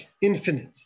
Infinite